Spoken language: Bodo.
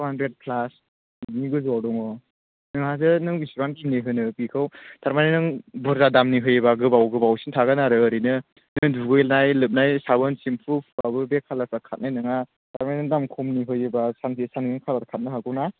टु हान्द्रेट प्लास बिनि गोजौवाव दङ नोंहासो नों बिसिबां खिनि होनो बेखौ थारमानि नों बुरजा दामनि होयोबा गोबाव गोबावसिन थागोन आरो ओरैनो दुगैनाय लोबनाय साबोन सेम्फु फुब्लाबो बे खालारफ्रा खारनाय नोङा थारमानि दाम खमनि होयोबा सानसे साननैजोंनो कालार खारनो हागोव ना